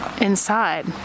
inside